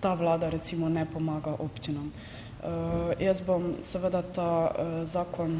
ta Vlada recimo ne pomaga občinam. Jaz bom seveda ta zakon